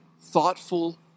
thoughtful